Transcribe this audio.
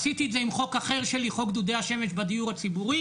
עשיתי את זה עם חוק אחר שלי חוק דודי השמש בדיור הציבורי,